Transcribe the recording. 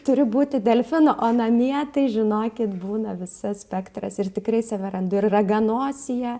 turiu būti delfinu o namie tai žinokit būna visas spektras ir tikrai save randu ir raganosyje